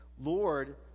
Lord